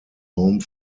home